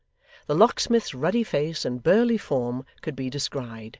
the locksmith's ruddy face and burly form could be descried,